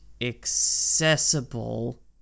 accessible